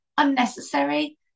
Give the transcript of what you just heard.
unnecessary